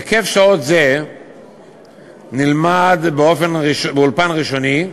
היקף שעות זה נלמד באולפן ראשוני,